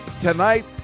tonight